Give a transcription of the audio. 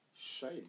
shame